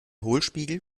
hohlspiegel